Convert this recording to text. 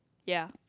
ya